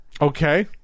Okay